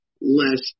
less